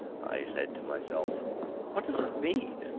i said to myself what does it mean?